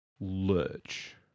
lurch